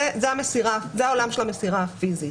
זה עולם המסירה הפיזית.